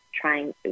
trying